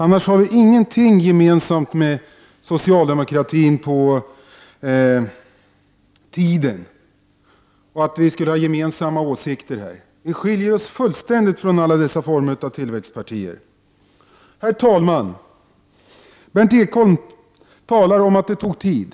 Annars har vi ingenting gemensamt med socialdemokratin. Vi skiljer oss fullständigt från alla dessa former av tillväxtpartier. Herr talman! Berndt Ekholm talade om att det tog tid.